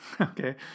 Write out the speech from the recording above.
Okay